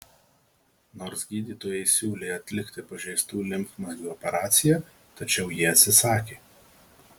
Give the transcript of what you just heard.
nors gydytojai siūlė atlikti pažeistų limfmazgių operaciją tačiau ji atsisakė